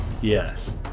yes